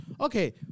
okay